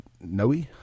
Noe